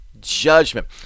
judgment